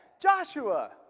Joshua